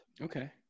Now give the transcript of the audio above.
Okay